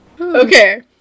Okay